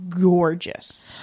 gorgeous